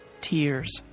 tears